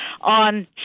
on